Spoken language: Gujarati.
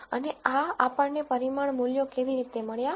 અને આ આપણને પરિમાણ મૂલ્યો કેવી રીતે મળ્યા